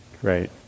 Great